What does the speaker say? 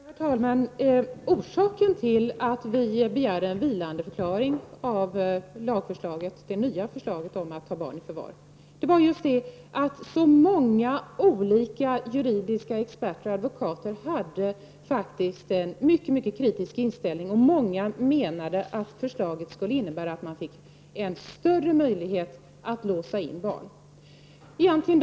Herr talman! Orsaken till att vi begärde en vilandeförklaring av det nya lagförslaget om detta med att ta barn i förvar var just att väldigt många juridiska experter och advokater hade en mycket kritisk inställning. Många menade att ett förverkligande av förslaget skulle innebära större möjligheter att låsa in barn.